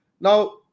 Now